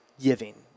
giving